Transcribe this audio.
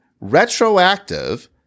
retroactive